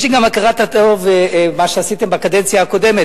יש לי גם הכרת הטוב על מה שעשיתם בקדנציה הקודמת.